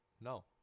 No